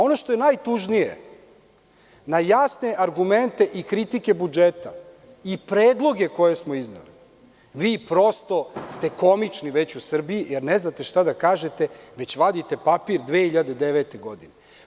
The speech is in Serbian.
Ono što je najtužnije, na jasne argumente i kritike budžeta i predloge koje smo izneli, vi ste komični već u Srbiji, jer ne znate šta da kažete, već vadite papir 2009. godine.